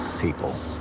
People